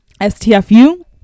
STFU